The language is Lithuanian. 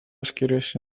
skiriasi